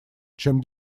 чем